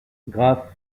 graphes